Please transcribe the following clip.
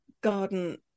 garden